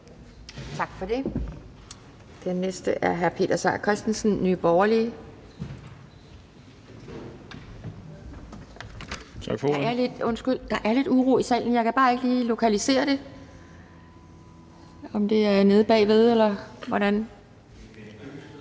Tak for det.